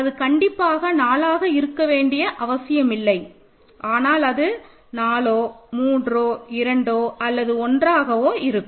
அது கண்டிப்பாக 4 ஆக இருக்க வேண்டியதில்லை ஆனால் அது 4 3 2 அல்லது 1 ஆக இருக்கும்